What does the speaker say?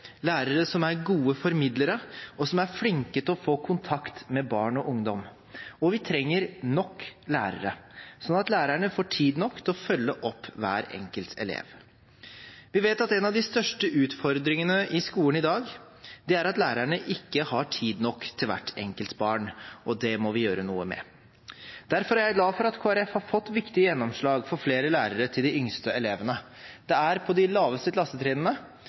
lærere som er gode formidlere, og som er flinke til å få kontakt med barn og ungdom. Og vi trenger nok lærere, slik at lærerne får tid nok til å følge opp hver enkelt elev. Vi vet at en av de største utfordringene i skolen i dag er at lærerne ikke har tid nok til hvert enkelt barn, og det må vi gjøre noe med. Derfor er jeg glad for at Kristelig Folkeparti har fått viktige gjennomslag for flere lærere til de yngste elevene. Det er på de laveste klassetrinnene